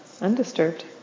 undisturbed